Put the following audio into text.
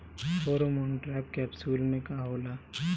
Pheromone trap capsule में का होला?